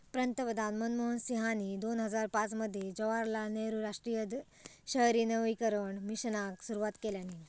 पंतप्रधान मनमोहन सिंहानी दोन हजार पाच मध्ये जवाहरलाल नेहरु राष्ट्रीय शहरी नवीकरण मिशनाक सुरवात केल्यानी